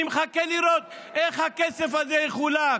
אני מחכה לראות איך הכסף הזה יחולק.